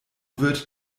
wird